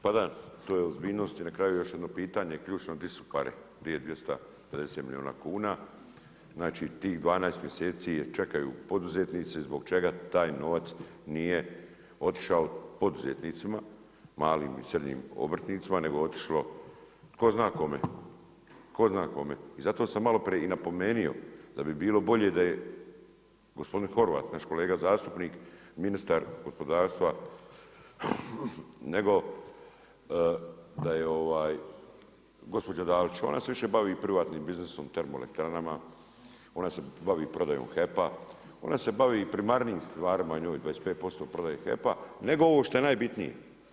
Pa da to je ozbiljnost i na kraju još jedno pitanje, ključno, gdje su pare, gdje je 250 milijuna kuna znači tih 12 mjeseci čekaju poduzetnici zbog čega je taj novac nije otišao poduzetnicima, malim i srednjim obrtnicima nego je otišlo tko zna kome, tko zna kome i zato sam maloprije i napomenuo da bi bilo bolje da je gospodin Horvat, naš kolega zastupnik, ministar gospodarstva nego da je gospođa Dalić, ona se više bavi privatnim biznisom, termoelektranama, ona se bavi prodajom HEP-a, ona se bavi primarnijim stvarima, njoj je 25% prodaje HEP-a nego ovo šta je najbitnije.